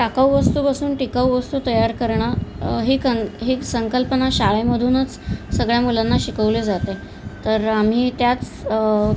टाकाऊ वस्तूपासून टिकाऊ वस्तू तयार करणं हे कन ही संकल्पना शाळेमधूनच सगळ्या मुलांना शिकवली जाते तर आम्ही त्याच